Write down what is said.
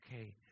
Okay